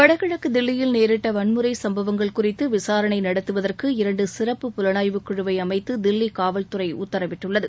வடகிழக்கு தில்லியில் நேரிட்ட வன்முறை சம்பவங்கள் குறித்து விசாரணை நடத்துவதற்கு இரண்டு சிறப்பு புலனாய்வு குழுவை அமைத்து தில்லி காவல்துறை உத்தரவிட்டுள்ளது